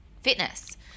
fitness